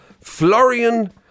Florian